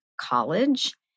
college